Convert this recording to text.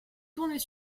tourner